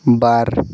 ᱵᱟᱨ